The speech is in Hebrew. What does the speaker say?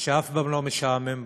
שאף פעם לא משעמם בו.